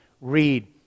read